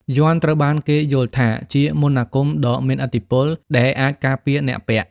យ័ន្តត្រូវបានគេយល់ថាជាមន្តអាគមដ៏មានឥទ្ធិពលដែលអាចការពារអ្នកពាក់។